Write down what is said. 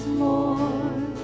more